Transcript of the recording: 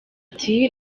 ati